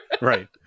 Right